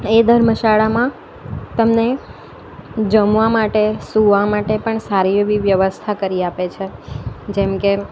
એ ધર્મશાળામાં તમને જમવા માટે સુવા માટે પણ સારી એવી વ્યવસ્થા કરી આપે છે જેમ કે